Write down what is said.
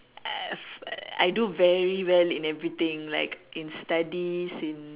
I I do very well in everything like in studies in